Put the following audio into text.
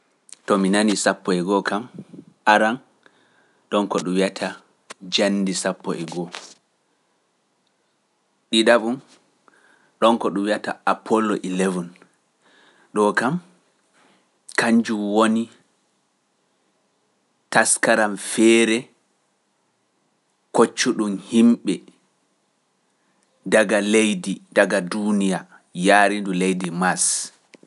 To mi nani sappo e goo kam, aran ɗon ko ɗum wiyata janndi sappo e goo. Ɗiɗa ɗon, ɗon ko ɗum wiyata Apollo eleven. Ɗoo kam, kanjum woni taskaram feere koccu ɗum himɓe daga leydi, daga duuniya yaari ndu leydi mas.